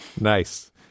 nice